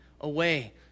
away